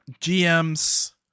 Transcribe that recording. GM's